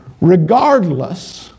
regardless